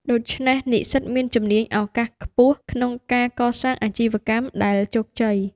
ដូច្នេះ និស្សិតជំនាញមានឱកាសខ្ពស់ក្នុងការកសាងអាជីវកម្មដែលជោគជ័យ។